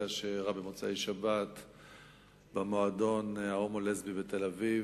שאירע במוצאי-שבת במועדון ההומו-לסבי בתל-אביב.